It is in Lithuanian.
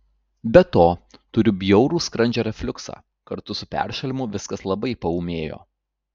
be to turiu bjaurų skrandžio refliuksą kartu su peršalimu viskas labai paūmėjo